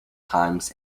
times